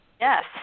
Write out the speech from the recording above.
Yes